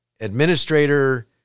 administrator